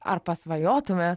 ar pasvajotumėt